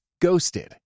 Ghosted